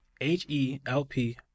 H-E-L-P